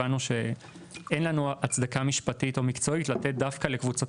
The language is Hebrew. הבנו שאין לנו הצדקה משפטית או מקצועית לתת דווקא לקבוצת